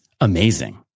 amazing